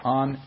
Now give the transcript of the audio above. on